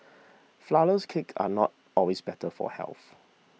Flourless Cakes are not always better for health